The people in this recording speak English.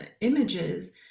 images